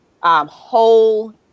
whole